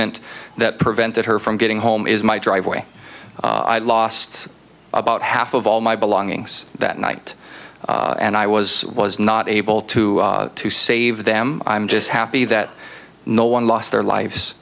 ment that prevented her from getting home is my driveway i lost about half of all my belongings that night and i was was not able to to save them i'm just happy that no one lost their lives